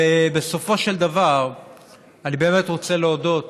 בסופו של דבר אני באמת רוצה להודות